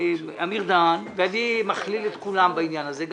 אמיר דהן ואני מכליל את כולם בעניין הזה,